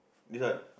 this one